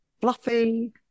fluffy